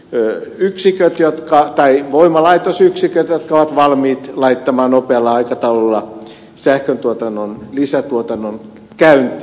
tällä varmistetaan tehoreserviä osoittamalla voimalaitosyksiköt jotka ovat valmiit laittamaan nopealla aikataululla sähkön lisätuotannon käyntiin